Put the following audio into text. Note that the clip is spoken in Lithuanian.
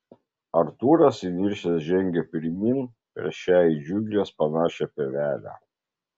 artūras įniršęs žengia pirmyn per šią į džiungles panašią pievelę